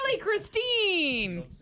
Christine